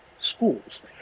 schools